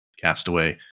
Castaway